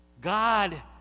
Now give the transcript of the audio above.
God